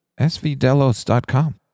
svdelos.com